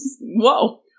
Whoa